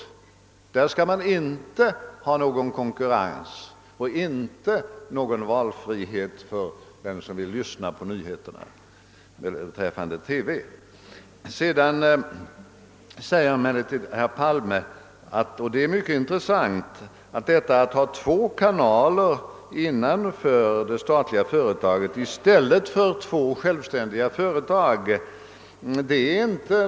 Därvidlag skall det inte finnas någon konkurrens och inte någon valfrihet för dem som i TV vill lyssna till nyheterna. Det är mycket intressant att höra herr Palme säga att det inte utgör något principiellt utan ett praktiskt ställningstagande att man har två kanaler innanför det statliga företaget i stället för två självständiga företag. Herr talman!